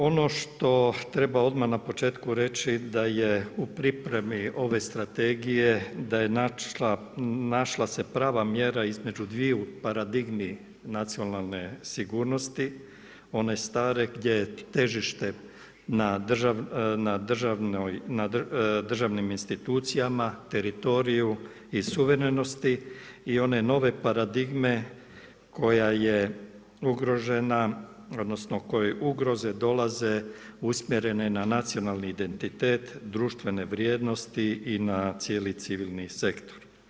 Ono što treba odmah na početku reći da je u pripremi ove strategije, da je našla se prava mjera između dviju paradigmi nacionalne sigurnosti one stre gdje je težište na državnim institucijama, teritoriju i suverenosti i one nove paradigme koja je ugrožena odnosno koje ugroze dolaze usmjerene na nacionalni identitet, društvene vrijednosti i na cijeli civilni sektor.